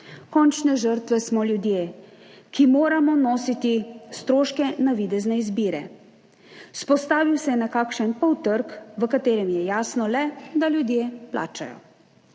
Končne žrtve smo ljudje, ki moramo nositi stroške navidezne izbire. Vzpostavil se je nekakšen poltrg, v katerem je jasno le, da plačajo